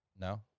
No